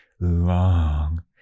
long